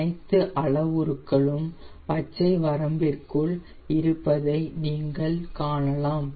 அனைத்து அளவுருக்கள் பச்சை வரம்பிற்குள் இருப்பதை நீங்கள் காணலாம்